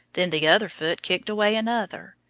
then the other foot kicked away another,